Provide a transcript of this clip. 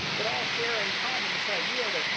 but all share in common this idea that,